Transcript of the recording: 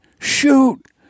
shoot